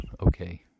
Okay